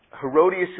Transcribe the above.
Herodias